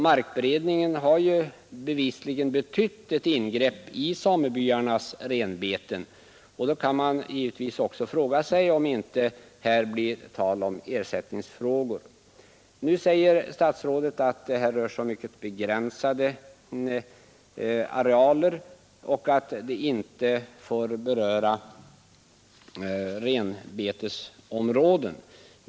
Markberedningen har ju bevi igen betytt ett ingrepp i samebyarnas renbeten, och man kan givetvis då fråga sig om inte här blir tal om ersättning. Nu säger statsrådet att det här är fråga om mycket begränsade arealer och att markberedningen inte får beröra renbetesområden.